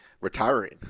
retiring